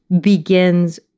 begins